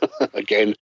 again